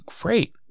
great